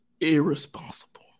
irresponsible